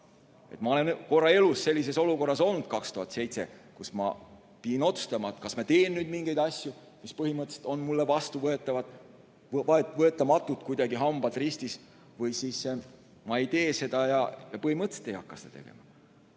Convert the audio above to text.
Ma olen korra elus sellises olukorras olnud, 2007, kui ma pidin otsustama, kas ma teen nüüd mingeid asju, mis põhimõtteliselt olid mulle vastuvõetamatud, kuidagi, hambad ristis, või ma ei tee neid ja põhimõtteliselt ei hakka neid tegema.